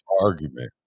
argument